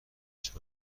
چند